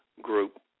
group